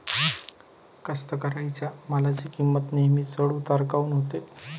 कास्तकाराइच्या मालाची किंमत नेहमी चढ उतार काऊन होते?